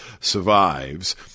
survives